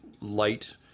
light